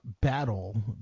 battle